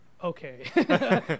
Okay